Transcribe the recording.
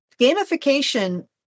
gamification